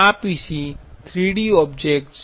આ PC 3D objects